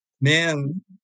man